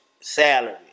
Salary